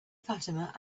fatima